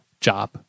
job